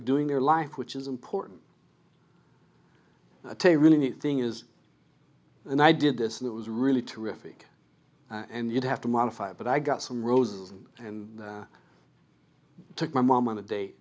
doing their life which is important to take a really neat thing is and i did this and it was really terrific and you'd have to modify but i got some roses and took my mom on a date